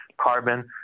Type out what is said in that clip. carbon